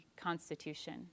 Constitution